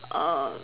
err